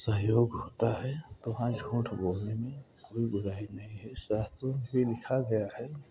सहयोग होता है तो वहाँ झूठ बोलने में कोई बुराई नहीं है शास्त्रों में लिखा गया है